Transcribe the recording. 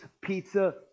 pizza